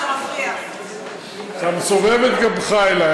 אתה מסובב את גבך אלי,